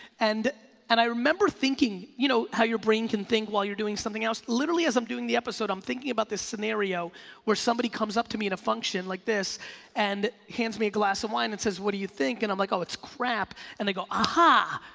and and i remember thinking, you know how your brain can think while you're doing something else. literally as i'm doing the episode i'm thinking about this scenario where somebody comes up to me in a function like this and hands me a glass of wine and says what do you think and i'm like oh, it's crap. and they go aha,